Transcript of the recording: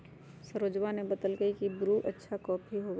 सरोजवा ने बतल कई की ब्रू अच्छा कॉफी होबा हई